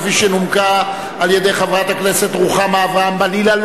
שנומקה על-ידי חברת הכנסת רוחמה אברהם-בלילא,